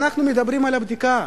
אנחנו מדברים על בדיקה.